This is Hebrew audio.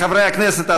חברי הכנסת,